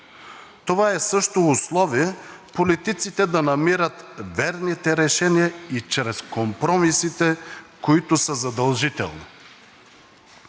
Това също е условие политиците да намират верните решения и чрез компромисите, които са задължителни.